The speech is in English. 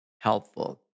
helpful